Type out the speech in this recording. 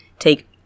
take